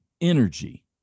energy